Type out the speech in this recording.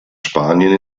spanien